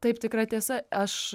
taip tikra tiesa aš